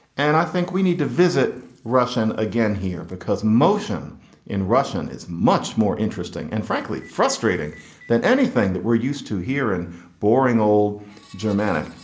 and i think we need to visit russian again here, because motion in russian is much more interesting and frankly frustrating than anything that we're used to here in boring old germanic.